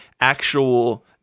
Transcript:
actual